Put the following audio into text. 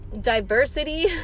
Diversity